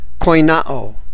Koinao